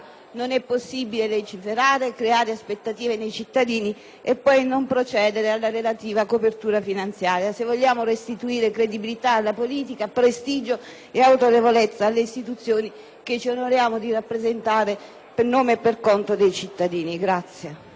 Non è possibile legiferare, creare aspettative nei cittadini e poi non procedere alla relativa copertura finanziaria, se vogliamo restituire credibilità alla politica e prestigio e autorevolezza alle istituzioni che ci onoriamo di rappresentare per nome e per conto dei cittadini.